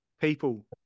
people